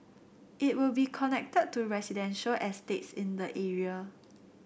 it will be connected to residential estates in the area